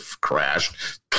crashed